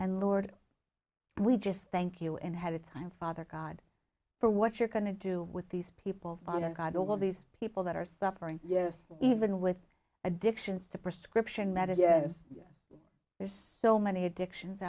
and lord and we just thank you and had the time father god for what you're going to do with these people fun and god all these people that are suffering yes even with addictions to prescription medicine there's so many addictions